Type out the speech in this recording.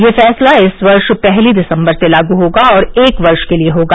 यह फैसला इस वर्ष पहली दिसम्बर से लागू होगा और एक वर्ष के लिए होगा